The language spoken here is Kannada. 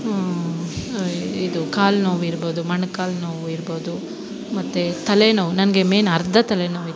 ಇದು ಕಾಲ್ನೋವು ಇರ್ಬೋದು ಮೊಣ್ಕಾಲ್ ನೋವು ಇರ್ಬೋದು ಮತ್ತು ತಲೇನೋವು ನನಗೆ ಮೇನ್ ಅರ್ಧ ತಲೆನೋವು ಇತ್ತು